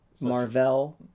Marvel